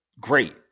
great